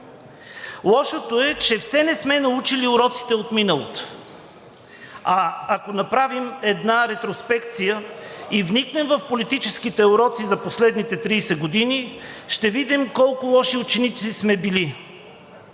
Лошото е, че все не сме научили уроците от миналото, а ако направим една ретроспекция и вникнем в политическите уроци за последните 30 години, ще видим колко лоши ученици сме били.